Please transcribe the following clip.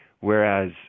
whereas